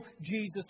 Jesus